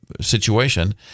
situation